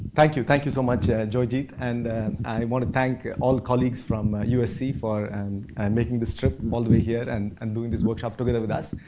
thank you thank you so much, jogi. and i want to thank all colleagues from usc for and um making this trip all the way here and and doing this workshop together with us.